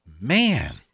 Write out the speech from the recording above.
man